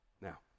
Now